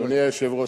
אדוני היושב-ראש,